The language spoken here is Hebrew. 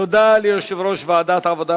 תודה ליושב-ראש ועדת העבודה,